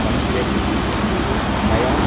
नमस्ते स्विगि मया